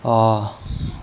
err